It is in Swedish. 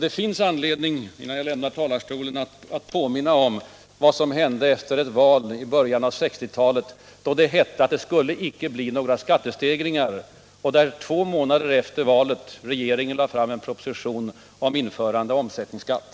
Det finns anledning för mig att innan jag lämnar talarstolen påminna om vad som hände efter ett val i början av 1960-talet, då herr Sträng före valet förklarade att det icke skulle bli några skattestegringar — men två månader efter valet lade regeringen fram en proposition om införande av omsättningsskatt!